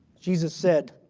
jesus said,